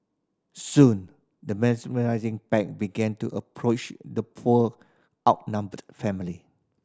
soon the pack began to approach the poor outnumbered family